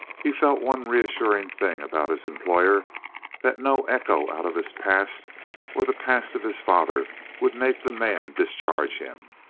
he felt one reassuring thing about his employer that no echo out of his past or the past of his father would make the man discharge him.